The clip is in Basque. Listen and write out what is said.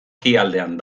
ekialdean